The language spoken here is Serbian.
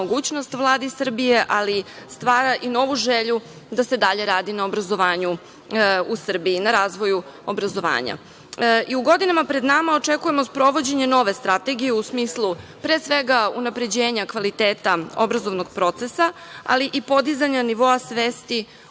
mogućnost Vladi Srbije, ali stvara i novu želju da se i dalje radi na obrazovanju u Srbiji na razvoju obrazovanja.U godinama pred nama očekujemo sprovođenje nove strategije u smislu, pre svega, unapređenja kvaliteta obrazovnog procesa, ali i podizanja nivoa svesti